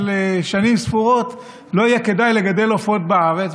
שנים ספורות לא יהיה כדאי לגדל עופות בארץ,